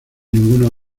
ninguno